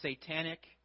satanic